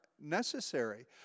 necessary